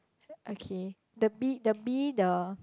okay the bee the bee the